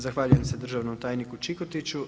Zahvaljujem se državnom tajniku Čikotiću.